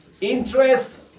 interest